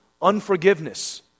Unforgiveness